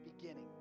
beginning